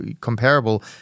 comparable